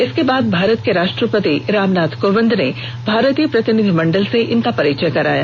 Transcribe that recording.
इसके बाद भारत के राष्ट्रपति रामनाथ कोविंद ने भारतीय प्रतिनिधिमंडल से इनका परिचय कराया